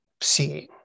seeing